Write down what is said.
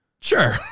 Sure